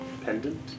Pendant